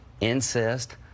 incest